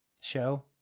show